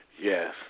yes